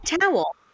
towel